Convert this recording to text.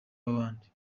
w’abandi